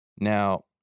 Now